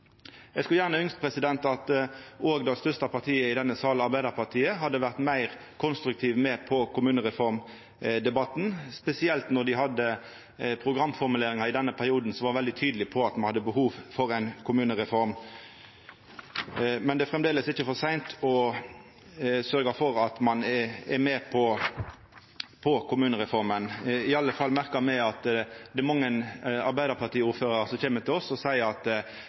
Eg skulle gjerne ønskt at òg det største partiet i denne salen, Arbeidarpartiet, hadde vore meir konstruktivt med i kommunereformdebatten, spesielt når dei hadde programformuleringar i denne perioden som var veldig tydelege på at me hadde behov for ei kommunereform. Men det er framleis ikkje for seint å sørgja for at ein er med på kommunereforma. I alle fall merkar me det – det er mange Arbeidarparti-ordførarar som kjem til oss og seier: Stå på! Og: Me skulle gjerne håpt at